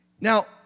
Now